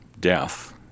death